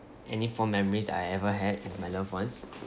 any fond memories that I ever had with my loved ones